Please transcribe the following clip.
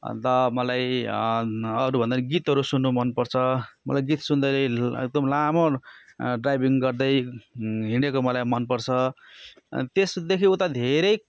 अन्त मलाई अरू भन्दा नि गीतहरू सुन्नु मनपर्छ मलाई गीत सुन्दाखेरि एकदम लामो ड्राइभिङ गर्दै हिँडेको मलाई मनपर्छ अनि त्यसदेखि उता धेरै